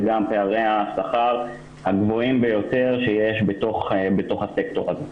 גם פערי השכר הגבוהים ביותר שיש בתוך הסקטור הזה.